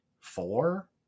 four